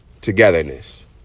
togetherness